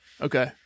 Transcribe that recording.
okay